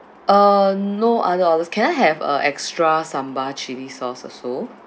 uh no other orders can I have a extra sambal chilli sauce also